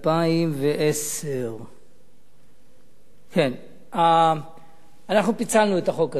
2010. אנחנו פיצלנו את החוק הזה,